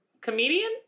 comedian